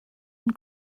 and